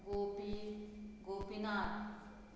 gopi Gopinath